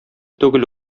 түгел